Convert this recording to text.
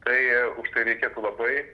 tai užtai reikėtų labai